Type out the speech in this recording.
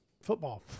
football